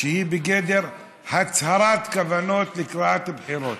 היא בגדר הצהרת כוונות לקראת הבחירות,